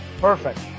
perfect